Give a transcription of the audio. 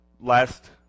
last